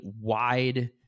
wide